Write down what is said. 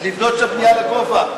לבנות שם בנייה לגובה,